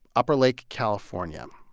upper lake, calif. ah and yeah